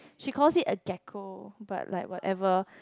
she calls it a gecko but like whatever